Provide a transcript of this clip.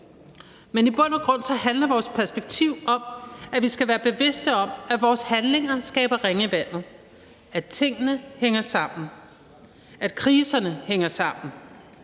Men i bund og grund handler vores perspektiv om, at vi skal være bevidste om, at vores handlinger skaber ringe i vandet, at tingene hænger sammen, og at kriserne hænger sammen.